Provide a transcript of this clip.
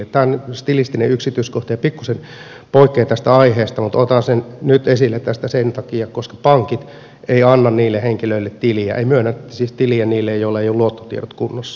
tämä on stilistinen yksityiskohta ja pikkuisen poikkean tästä aiheesta mutta otan sen nyt esille tästä sen takia koska pankit eivät anna niille henkilöille tiliä eivät siis myönnä tiliä niille joilla eivät ole luottotiedot kunnossa